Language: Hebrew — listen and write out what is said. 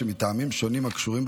להציג את הצעת החוק.